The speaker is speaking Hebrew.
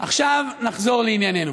עכשיו נחזור לענייננו.